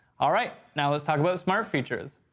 alright! now let's talk about smart features.